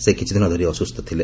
ସେ କିଛିଦିନ ଧରି ଅସ୍କୁସ୍ଥ ଥିଲେ